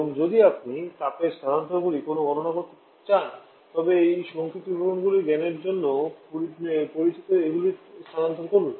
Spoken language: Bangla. এবং যদি আপনি তাপের স্থানান্তরগুলির কোনও গণনা করতে চান তবে এই সংক্ষিপ্ত বিবরণগুলির জ্ঞানের জন্য পরিচিত এগুলি স্থানান্তর করুন